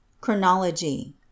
Chronology